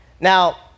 Now